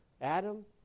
Adam